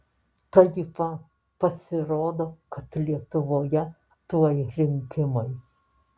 tai va pasirodo kad lietuvoje tuoj rinkimai